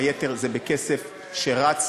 היתר זה בכסף שרץ.